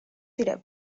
tidak